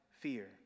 fear